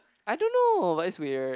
I don't know but it's weird